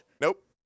Nope